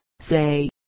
say